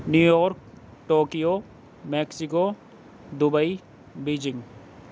New York Tokyo Mexico Dubai Beijing